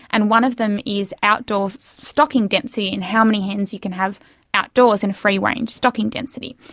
and one of them is outdoor stocking density and how many hens you can have outdoors in free range stocking density.